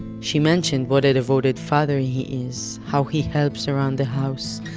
she mentioned what a devoted father he is, how he helps around the house,